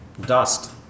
Dust